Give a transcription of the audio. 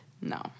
No